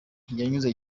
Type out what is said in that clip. yanyuze